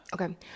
okay